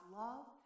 love